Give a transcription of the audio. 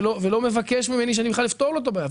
ולא מבקש ממני שאני בכלל אפתור לו את הבעיה.